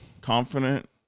confident